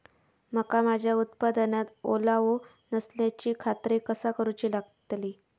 मका माझ्या उत्पादनात ओलावो नसल्याची खात्री कसा करुची लागतली?